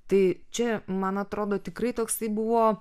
tai čia man atrodo tikrai toksai buvo